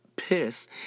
piss